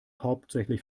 hauptsächlich